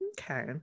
Okay